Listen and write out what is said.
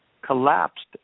collapsed